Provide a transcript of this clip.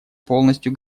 полностью